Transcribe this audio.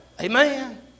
Amen